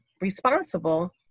responsible